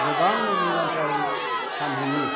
गोबां मुलाम्फायै फानहैयो